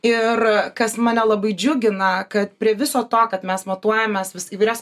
ir kas mane labai džiugina kad prie viso to kad mes matuojamės vis įvairias